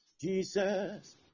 Jesus